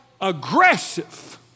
aggressive